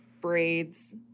braids